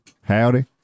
Howdy